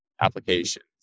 applications